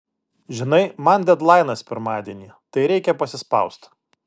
žinai man dedlainas pirmadienį tai reikia pasispaust